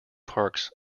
parks